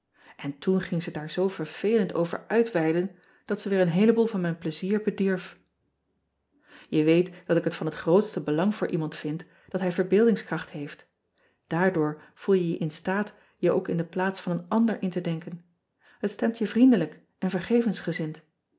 n toen ging ze daar zoo vervelend over uitweiden dat ze weer een heeleboel van mijn plezier bedierf e weet dat ik het van het grootste belang voor iemand vind dat hij verbeeldingskracht heeft aardoor voel je je in staat je ook in de plaats van een ander in te denken et stemt je vriendelijk en